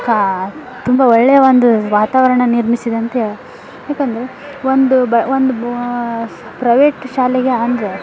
ಕಾ ತುಂಬ ಒಳ್ಳೆಯ ಒಂದು ವಾತಾವರಣ ನಿರ್ಮಿಸಿದೆ ಅಂತ ಯಾಕಂದರೆ ಒಂದು ಬ ಒಂದು ಸ್ ಪ್ರೈವೇಟ್ ಶಾಲೆಗೆ ಅಂದರೆ